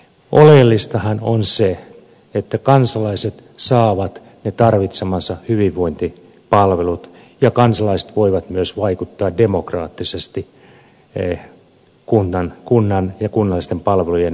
oleellistahan on se että kansalaiset saavat ne tarvitsemansa hyvinvointipalvelut ja kansalaiset voivat myös vaikuttaa demokraattisesti kunnan ja kunnallisten palvelujen toimintaan